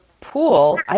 pool